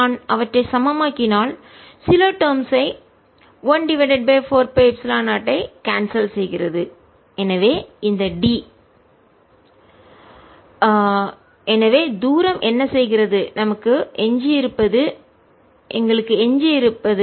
நான் அவற்றை சமமாக்கினால் சில டெர்ம்ஸ் ஐ 1 டிவைடட் பை 4 பை எப்சிலன் 0 ஐ கேன்சல் செய்கிறது எனவே இந்த D For x≤0 DkEx k4π0 q2 y2z2d232 For x≥0 DEx 14π0 qdq1d 1y2z2d232 எனவே தூரம் என்ன செய்கிறது நமக்கு எஞ்சியிருப்பது எங்களுக்கு எஞ்சியிருக்கிறது